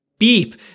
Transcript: beep